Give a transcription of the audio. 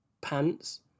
pants